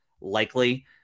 likely